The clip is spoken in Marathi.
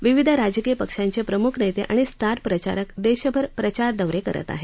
विविध राजकीय पक्षांचे प्रमुख नेते आणि स्टार प्रचारक देशभर प्रचार दौरे करता आहेत